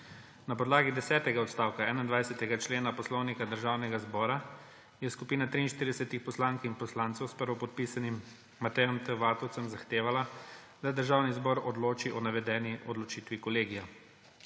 Na podlagi desetega odstavka 21. člena Poslovnika Državnega zbora je skupina 43 poslank in poslancev s prvopodpisanim Matejem T. Vatovcem zahtevala, da Državni zbor odloči o navedeni odločitvi Kolegija.